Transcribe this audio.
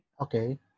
Okay